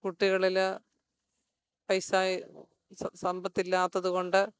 കുട്ടികളില് പൈസായ് സമ്പത്തില്ലാത്തതുകൊണ്ട്